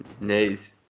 Nice